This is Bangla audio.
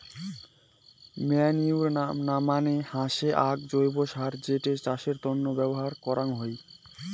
ম্যানইউর মানে হসে আক জৈব্য সার যেটো চাষের তন্ন ব্যবহার করাঙ হই